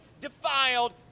defiled